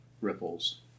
ripples